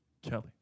Kelly